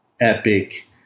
epic